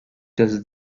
does